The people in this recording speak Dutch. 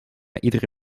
iedere